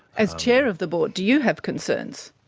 as chair of the board, do you have concerns?